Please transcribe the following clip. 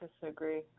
disagree